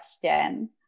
question